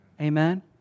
Amen